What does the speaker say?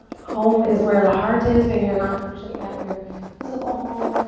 home is where the heart is. maybe you're not actually at your physical home.